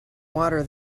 water